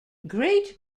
great